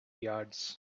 yards